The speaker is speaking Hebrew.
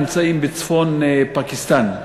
נמצאים בצפון פקיסטן.